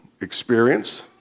experience